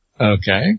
Okay